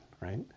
right